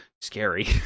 Scary